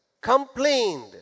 complained